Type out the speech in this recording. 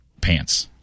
pants